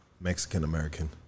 Mexican-American